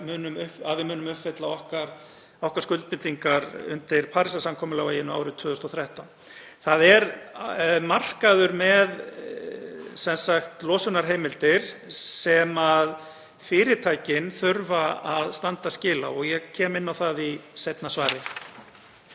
að við munum uppfylla okkar skuldbindingar vegna Parísarsamkomulagsins árið 2030. Það er markaður með losunarheimildir sem fyrirtækin þurfa að standa skil á og ég kem inn á það í seinna svari.